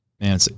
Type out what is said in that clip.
man